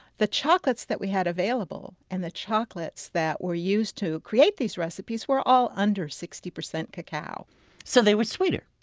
the chocolates that we had available and the chocolates that were used to create these recipes were all under sixty percent cacao so they were sweeter?